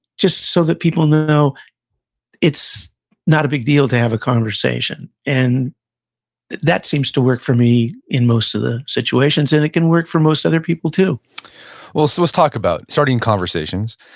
just so that people know it's not a big deal to have a conversation. and that that seems to work for me in most of the situations, and it can work for most other people too well, so let's talk about starting conversations,